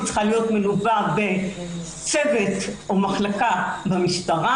צריכה להיות מלווה בצוות או במחלקה במשטרה